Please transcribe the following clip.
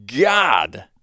God